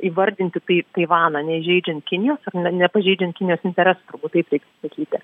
įvardinti taip taivaną neįžeidžiant kinijos nepažeidžiant kinijos interesų turbūt taip reik sakyti